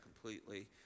completely